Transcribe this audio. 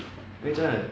因为真的